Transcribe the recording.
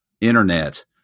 Internet